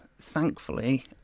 thankfully